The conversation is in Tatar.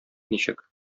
ничек